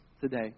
today